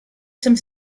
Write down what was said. some